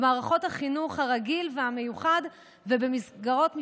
במערכות בחינוך הרגיל והמיוחד ובמסגרות משפחתיות.